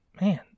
Man